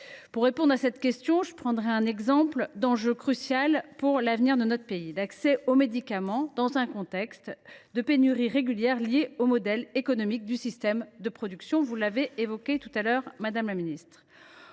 Pour répondre à cette question, je prendrai l’exemple d’un enjeu crucial pour l’avenir de notre pays : l’accès aux médicaments, dans un contexte de pénurie régulière, liée au modèle économique du système de production. Vous l’avez évoqué précédemment, madame la ministre.